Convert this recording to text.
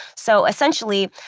so, essentially,